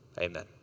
Amen